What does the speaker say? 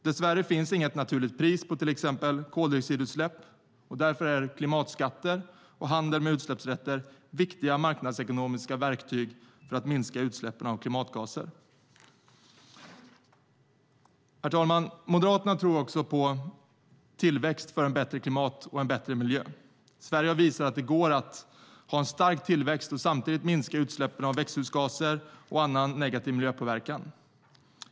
Dess värre finns inget naturligt pris på till exempel koldioxidutsläpp, och därför är klimatskatter och handel med utsläppsrätter viktiga marknadsekonomiska verktyg för att minska utsläppen av klimatgaser. Herr talman! Moderaterna tror också på tillväxt för ett bättre klimat och en bättre miljö. Sverige har visat att det går att ha en stark tillväxt och samtidigt minska utsläppen av växthusgaser och annan negativ miljöpåverkan.